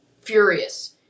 furious